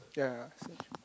ya